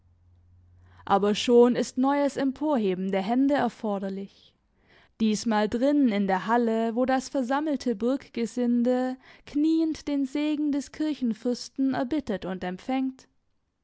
aber schon ist neues emporheben der hände erforderlich diesmal drinnen in der halle wo das versammelte burggesinde kniend den segen des kirchenfürsten erbittet und empfängt